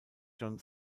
john